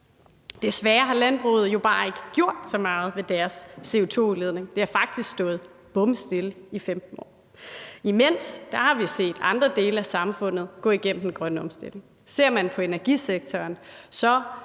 Desværre har landbruget jo bare ikke gjort så meget ved deres CO2-udledning. Det har faktisk stået bomstille i 15 år. Imens har vi set andre dele af samfundet gå igennem den grønne omstilling. Ser man på energisektoren,